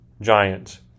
Giants